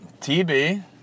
TB